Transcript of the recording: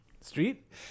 Street